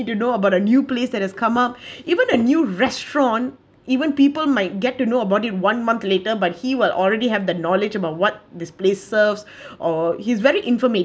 if you know about a new place that has come up even a new restaurant even people might get to know about in one month later but he will already have the knowledge about what this place serves or he's very informative